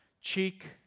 cheek